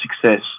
success